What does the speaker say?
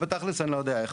ובתכלס אני לא יודע איך.